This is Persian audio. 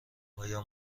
آیا